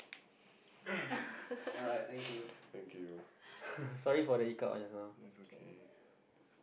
thank you